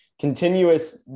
continuous